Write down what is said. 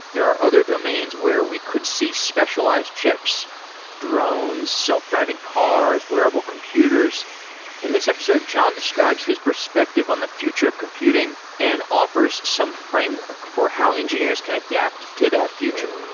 there are other domains where we could see specialized chips drones, self-driving cars, wearable computers in this episode, john describes his perspective on the future of computing and offers some framework for how engineers can adapt to that future